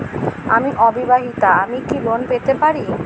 আমি অবিবাহিতা আমি কি লোন পেতে পারি?